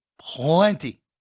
plenty